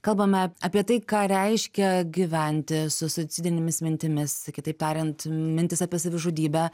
kalbame apie tai ką reiškia gyventi su suicidinėmis mintimis kitaip tariant mintys apie savižudybę